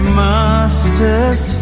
master's